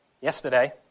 yesterday